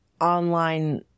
online